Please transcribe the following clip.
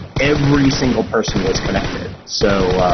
every single person was connected. so,